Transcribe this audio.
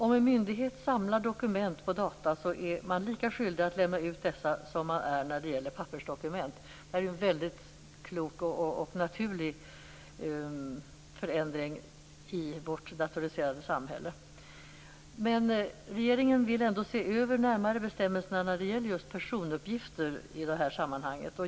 Om en myndighet samlar dokument på data är man lika skyldig att lämna ut dessa som man är när det gäller pappersdokument. Detta är en mycket klok och naturlig förändring i vårt datoriserade samhälle. Regeringen vill ändå närmare se över bestämmelserna om personuppgifter i det här sammanhanget.